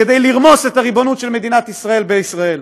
כדי לרמוס את הריבונות של מדינת ישראל בישראל.